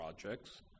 projects